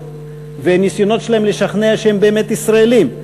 וניסיונות שלהם לשכנע שהם באמת ישראלים.